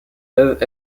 peuvent